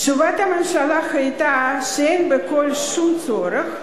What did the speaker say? תשובת הממשלה היתה שאין בכך שום צורך,